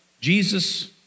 Jesus